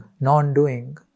non-doing